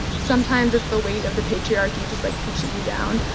sometimes it's the weight of the patriarchy just like pushing you down.